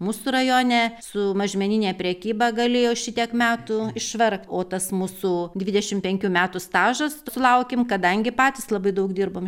mūsų rajone su mažmenine prekyba galėjo šitiek metų išvargt o tas mūsų dvidešim penkių metų stažas sulaukėm kadangi patys labai daug dirbom